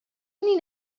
only